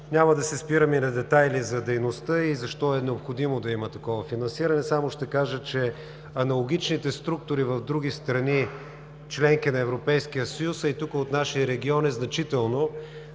Няма да се спирам и на детайли за дейността и защо е необходимо да има такова финансиране, само ще кажа, че аналогичните структури в други страни – членки на Европейския съюз, а и тук от нашия регион, е значително.